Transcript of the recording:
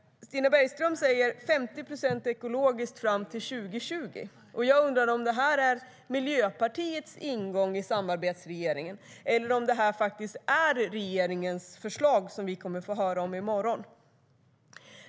Stina Bergström talar om 50 procent ekologiskt fram till 2020. Jag undrar om det är Miljöpartiets ingång i samarbetsregeringen, eller om det faktiskt är regeringens förslag som vi kommer att få höra om i morgon.